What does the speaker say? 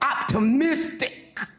optimistic